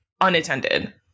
unattended